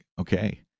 okay